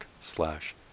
slash